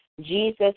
Jesus